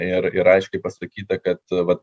ir ir aiškiai pasakyta kad vat